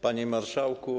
Panie Marszałku!